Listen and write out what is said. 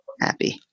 happy